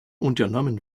unternommen